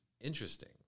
interesting